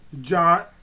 John